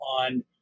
on